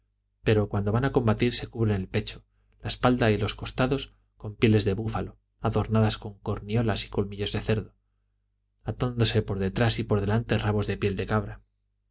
pero cuando van a combatir se cubren el pecho la espalda y los costados con pieles de búfalo adornadas con corniolas y colmillos de cerdo atándose por detrás y por delante rabos de piel de cabra